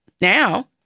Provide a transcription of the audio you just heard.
now